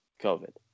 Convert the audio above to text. COVID